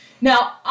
Now